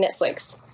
Netflix